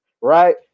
right